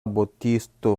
botisto